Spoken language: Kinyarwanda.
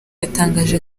yatangaje